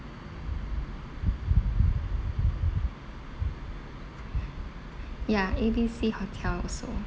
ya A B C hotel also